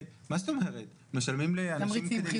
משלמים לאנשים,